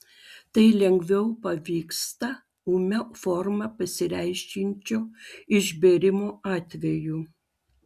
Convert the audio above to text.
tai lengviau pavyksta ūmia forma pasireiškiančio išbėrimo atveju